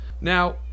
Now